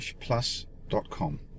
plus.com